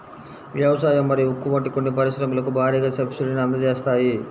వ్యవసాయం మరియు ఉక్కు వంటి కొన్ని పరిశ్రమలకు భారీగా సబ్సిడీని అందజేస్తాయి